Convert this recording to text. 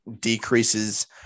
decreases